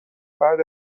بعد